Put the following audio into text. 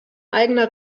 eigener